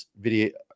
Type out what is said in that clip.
video